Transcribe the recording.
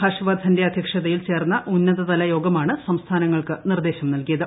ഹർഷ് വർദ്ധന്റെ അധ്യക്ഷതയിൽ ചേർന്ന ഉന്നതതലയോഗമാണ് സംസ്ഥാനങ്ങൾക്ക് നിർദ്ദേശം നല്കിയത്